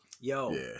Yo